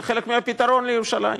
זה חלק מהפתרון של ירושלים.